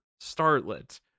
starlet